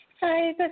Hi